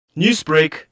Newsbreak